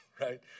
right